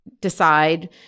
decide